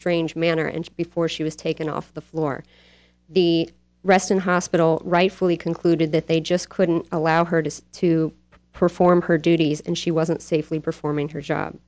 strange manner and before she was taken off the floor the rest in hospital rightfully concluded that they just couldn't allow her just to perform her duties and she wasn't safely performing her job